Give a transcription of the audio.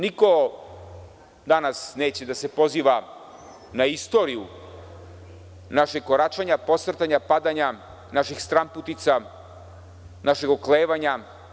Niko danas neće da se poziva na istoriju našeg koračanja, posrtanja, padanja, naših stranputica, našeg oklevanja.